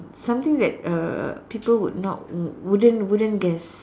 something that uh people would not wouldn't wouldn't guess